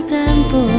tempo